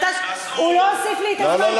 בעיתון,